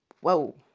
Whoa